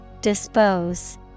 Dispose